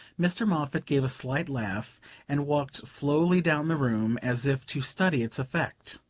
mr. moffatt gave a slight laugh and walked slowly down the room, as if to study its effect.